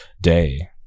day